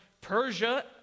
Persia